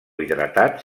hidratat